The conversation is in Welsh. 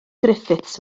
griffiths